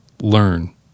Learn